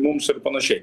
mums ir panašiai